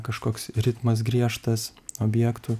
kažkoks ritmas griežtas objektų